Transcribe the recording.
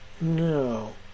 No